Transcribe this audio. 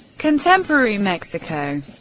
contemporary mexico